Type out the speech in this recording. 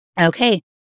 okay